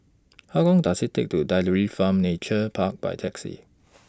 How Long Does IT Take to Dairy Farm Nature Park By Taxi